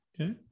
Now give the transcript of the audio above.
Okay